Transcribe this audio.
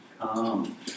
come